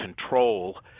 control